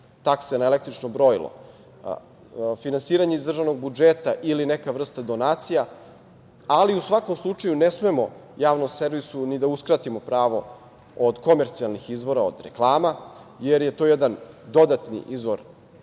takse na električno brojilo, finansiranje iz državnog budžeta ili neka vrsta donacija, ali u svakom slučaju ne smemo javnom servisu ni da uskratimo pravo od komercijalnih izvora, od reklama, jer je to jedan dodatni izvor